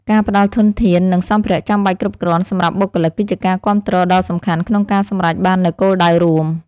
ការផ្តល់ធនធាននិងសម្ភារៈចាំបាច់គ្រប់គ្រាន់សម្រាប់បុគ្គលិក គឺជាការគាំទ្រដ៏សំខាន់ក្នុងការសម្រេចបាននូវគោលដៅរួម។